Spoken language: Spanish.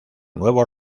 nuevos